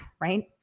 right